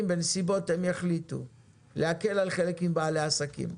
הם יחליטו להקל על חלק מבעלי העסקים.